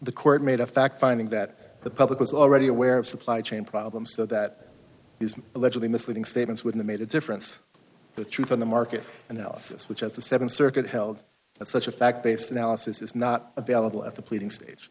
the court made a fact finding that the public was already aware of supply chain problem so that these allegedly misleading statements when the made a difference the truth in the market analysis which of the seven circuit held that such a fact based analysis is not available at the pleading stage